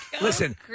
listen